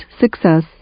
success